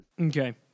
Okay